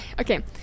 Okay